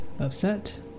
upset